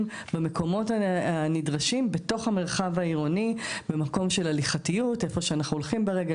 במקומות הנדרשים בתוך המרחב העירוני במקומות האלו שאנחנו הולכים ברגל,